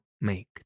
make